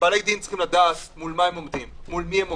בעלי דין צריכים לדעת מול מה ומי הם עומדים.